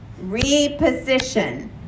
Reposition